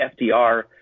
FDR